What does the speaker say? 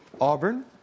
Auburn